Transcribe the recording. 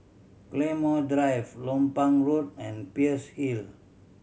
Claymore Drive Lompang Road and Peirce Hill